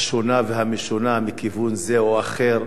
השונה והמשונה, מכיוון זה או אחר,